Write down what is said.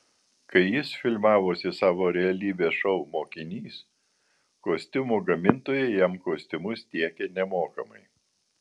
kai jis filmavosi savo realybės šou mokinys kostiumų gamintojai jam kostiumus tiekė nemokamai